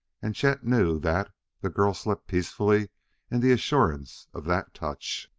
and chet knew that the girl slept peacefully in the assurance of that touch.